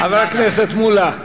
חבר הכנסת מולה,